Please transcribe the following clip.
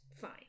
fine